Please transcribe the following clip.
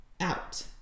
out